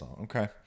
Okay